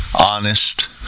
honest